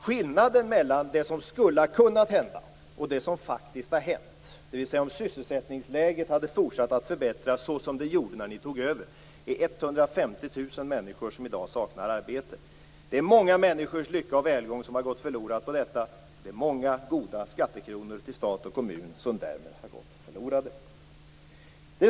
Skillnaden mellan det som skulle ha kunnat hända och det som faktiskt har hänt, dvs. om sysselsättningsläget hade fortsatt att förbättras så som det gjorde vid den tidpunkt då ni tog över, är att 150 000 människor i dag saknar arbete men som skulle ha kunnat ha arbete. Det är många människors lycka och välgång som har gått förlorad på detta och det är många goda skattekronor till stat och kommun som därmed har gått förlorade.